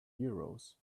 euros